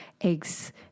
eggs